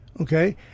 okay